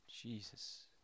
Jesus